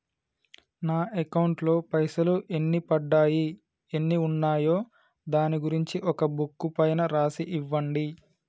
నా అకౌంట్ లో పైసలు ఎన్ని పడ్డాయి ఎన్ని ఉన్నాయో దాని గురించి ఒక బుక్కు పైన రాసి ఇవ్వండి?